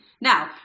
Now